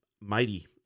mighty